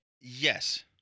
Yes